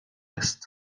است